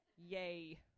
yay